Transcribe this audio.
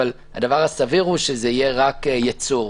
אבל הדבר הסביר הוא שזה יהיה רק ייצור,